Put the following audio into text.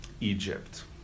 Egypt